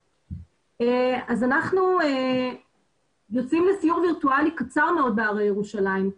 אנחנו יוצאים לסיור וירטואלי קצר מאוד בהרי ירושלים.